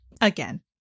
again